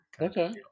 Okay